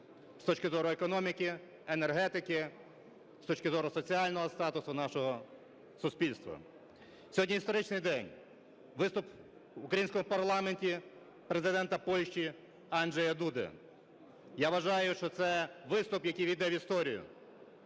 з точки зору економіки, енергетики, з точки зору соціального статусу нашого суспільства. Сьогодні історичний день – виступ в українському парламенті Президента Польщі Анджея Дуди. Я вважаю, що це виступ, який увійде в історію.